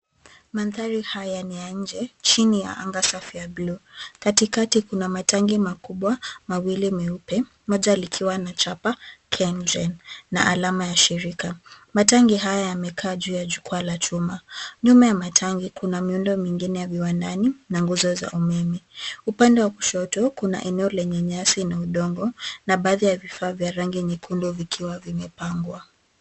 Mandhari haya ni ya nje chini ya anga safi ya blue . Katikati kuna matanki makubwa mawili meupe moja likiwa na chapa KenGen na alama ya shirika. Matanki haya yamekaa juu ya jukwaa la chuma. Nyuma ya matanki kuna miundo mingine ya viwandani na nguzo za umeme. Upande wa kushoto kuna eneo lenye nyasi na udongo na baadhi ya vifaa vya rangi nyekundu vikiwa vimepangwa.